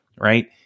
Right